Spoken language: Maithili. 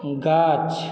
गाछ